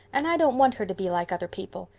and i don't want her to be like other people.